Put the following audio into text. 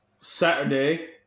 Saturday